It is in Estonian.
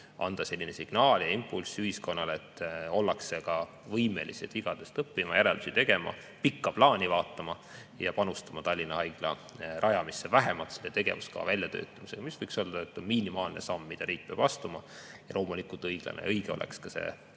anda selline signaal ja impulss ühiskonnale, et ollakse võimelised vigadest õppima, järeldusi tegema, pikka plaani vaatama ja panustama Tallinna Haigla rajamisse, vähemalt selle tegevuskava väljatöötamisega, mis võiks öelda, on minimaalne samm, mida riik peaks astuma. Ja loomulikult õiglane ja õige oleks seda